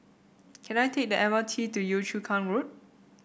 can I take the M R T to Yio Chu Kang Road